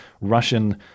Russian